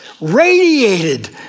radiated